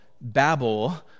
Babel